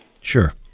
Sure